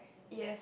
yes